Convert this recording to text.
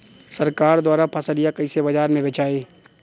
सरकार द्वारा फसलिया कईसे बाजार में बेचाई?